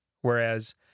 Whereas